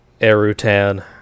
Erutan